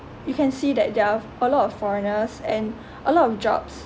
you can see that there are a lot of foreigners and a lot of jobs